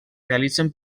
realitzen